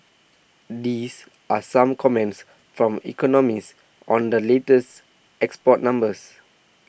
these are some comments from economists on the latest export numbers